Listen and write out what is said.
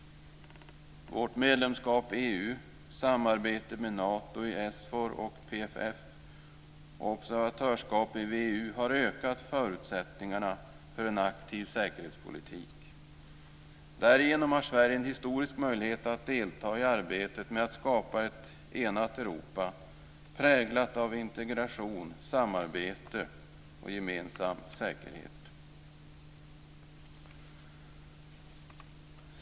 Vårt medlemskap i EU, vårt samarbete med Nato i SFOR och PFF och observatörskapet i VEU har ökat förutsättningarna för en aktiv säkerhetspolitik. Därigenom har Sverige en historisk möjlighet att delta i arbetet med att skapa ett enat Europa präglat av integration, samarbete och gemensam säkerhet.